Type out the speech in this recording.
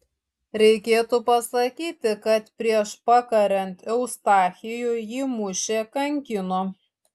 reikėtų pasakyti kad prieš pakariant eustachijų jį mušė kankino